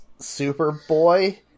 Superboy